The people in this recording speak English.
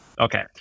Okay